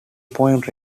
point